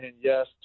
yes